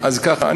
אז ככה,